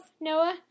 Noah